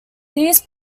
these